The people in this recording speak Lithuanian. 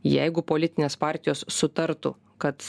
jeigu politinės partijos sutartų kad